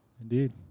Indeed